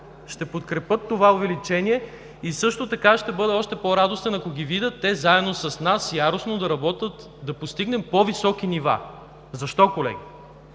ще подкрепят това увеличение и също така ще бъда още по-радостен, ако ги видя заедно с нас яростно да работят, за да постигнем по-високи нива. Защо, колеги?